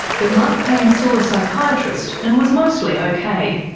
but mark payne saw a psychiatrist, and was mostly okay.